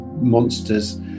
monsters